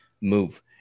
move